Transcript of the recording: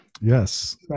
Yes